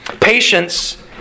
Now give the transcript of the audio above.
Patience